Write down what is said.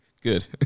Good